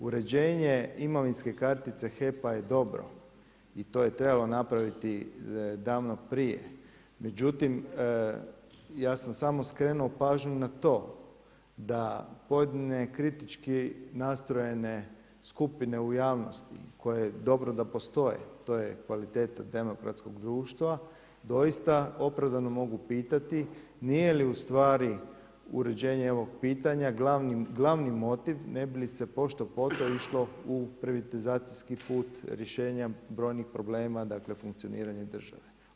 Uređenje imovinske kartice HEP-a je dobro i to je trebalo napraviti davno prije, međutim ja sam samo skrenuo pažnju na to da pojedine kritički nastrojene skupine u javnosti koje dobro da postoje, to je kvaliteta demokratskog društva, doista opravdano mogu pitati nije li ustvari uređenje ovog pitanja glavni motiv ne bi li se pošto po to išlo u privatizacijski put rješenja brojnih problema funkcioniranja države.